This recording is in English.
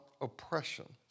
oppression